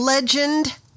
legend